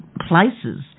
places